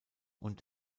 und